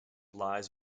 lies